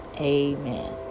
Amen